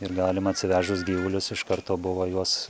ir galima atsivežus gyvulius iš karto buvo juos